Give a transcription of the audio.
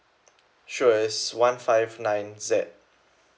sure it's one five nine Z